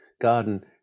garden